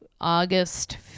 August